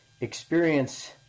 experience